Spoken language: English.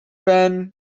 ben